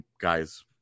guys